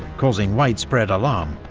causing widespread alarm.